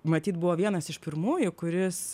matyt buvo vienas iš pirmųjų kuris